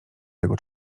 tego